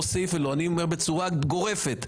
אני אומר בצורה גורפת.